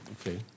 Okay